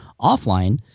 offline